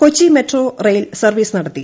Kochi metro rail service നടത്തി